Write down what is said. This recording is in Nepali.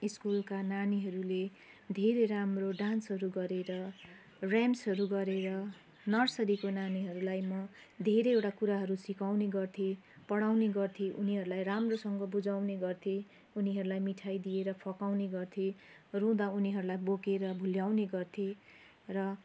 स्कुलका नानीहरूले धेरै राम्रो डान्सहरू गरेर ऱ्याम्सहरू गरेर नर्सरीको नानीहरूलाई म धेरैवटा कुराहरू सिकाउने गर्थेँ पढाउने गर्थेँ उनीहरूलाई राम्रोसँग बुझाउने गर्थेँ उनीहरूलाई मिठाई दिएर फकाउने गर्थेँ रुँदा उनीहरूलाई बोकेर भुल्याउने गर्थेँ र